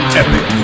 epic